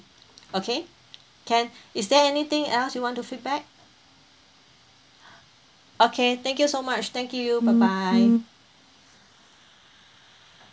okay can is there anything else you want to feedback okay thank you so much thank you bye bye